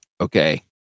Okay